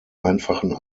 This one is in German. einfachen